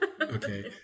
Okay